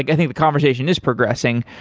like i think the conversation is progressing,